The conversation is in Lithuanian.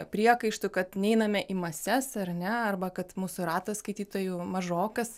priekaištų kad neiname į mases ar ne arba kad mūsų ratas skaitytojų mažokas